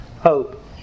hope